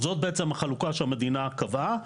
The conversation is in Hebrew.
זאת בעצם החלוקה שהמדינה הקבעה,